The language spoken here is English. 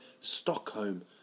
Stockholm